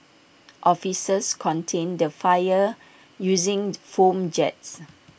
officers contained the fire using foam jets